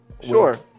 Sure